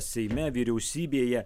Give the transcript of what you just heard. seime vyriausybėje